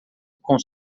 com